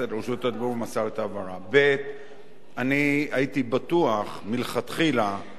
אני הייתי בטוח מלכתחילה שהדבר נעשה גם על דעתך משום שאתה